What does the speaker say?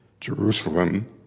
Jerusalem